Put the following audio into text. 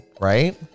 right